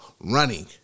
running